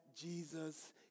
Jesus